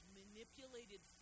manipulated